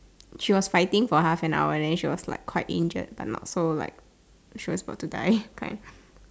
she was fighting for half an hour then she was like quite injured but not so like she was about to die kind